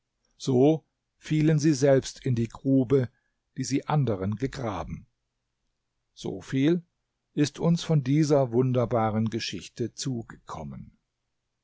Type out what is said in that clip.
so fielen sie selbst in die grube die sie anderen gegraben soviel ist uns von dieser wunderbaren geschichte zugekommen